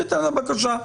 לבקשה.